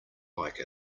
like